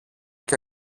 και